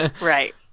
Right